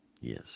Yes